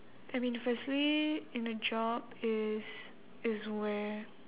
I mean firstly in a job is is where